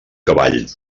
cavall